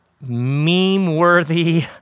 meme-worthy